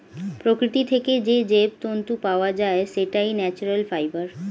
প্রকৃতি থেকে যে জৈব তন্তু পাওয়া যায়, সেটাই ন্যাচারাল ফাইবার